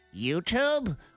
YouTube